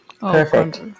Perfect